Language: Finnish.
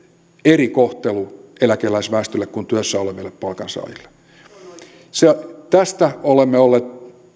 eri kohtelua eläkeläisväestölle kuin työssä oleville palkansaajille tästä olemme olleet